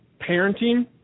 parenting